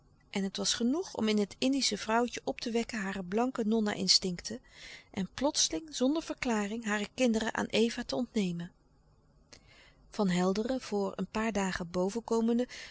en het was genoeg om in het indische vrouwtje op te wekken hare blanke nonna instincten en plotseling zonder verklaring hare kinderen aan eva te ontnemen van helderen voor een paar dagen boven komende